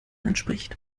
entspricht